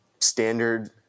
standard